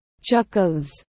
Chuckles